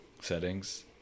settings